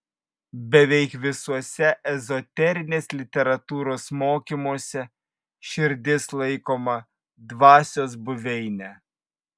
beveik visuose ezoterinės literatūros mokymuose širdis laikoma dvasios buveine